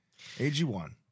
Ag1